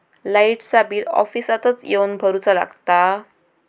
लाईटाचा बिल ऑफिसातच येवन भरुचा लागता?